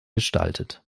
gestaltet